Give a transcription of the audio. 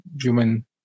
human